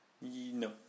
No